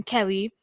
Kelly